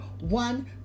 one